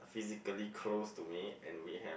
physically close to me and we have